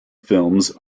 films